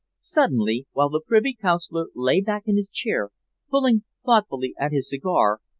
suddenly, while the privy-councillor lay back in his chair pulling thoughtfully at his cigar,